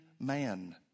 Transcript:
man